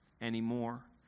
anymore